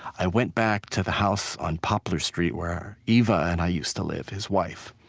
i went back to the house on poplar street, where eva and i used to live his wife